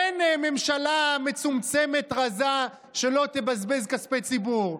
אין ממשלה מצומצמת ורזה שלא תבזבז כספי ציבור,